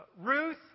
Ruth